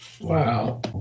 Wow